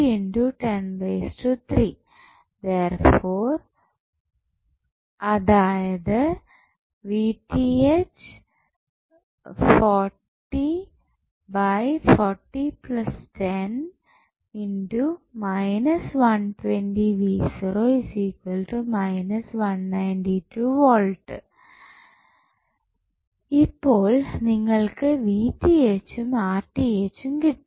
ഇത് അതിനാൽ ഇപ്പോൾ നിങ്ങൾക്ക് ഉം ഉം കിട്ടി